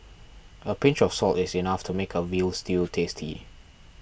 a pinch of salt is enough to make a Veal Stew tasty